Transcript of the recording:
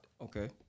Okay